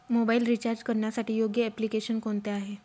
Mobile recharge करण्यासाठी योग्य application कोणते आहे?